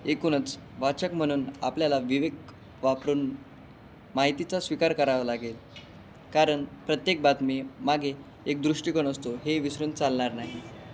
एकूूणच वाचक म्हणून आपल्याला विवेक वापरून माहितीचा स्वीकार करावा लागेल कारण प्रत्येक बातमीमागे एक दृष्टिकोण असतो हे विसरून चालणार नाही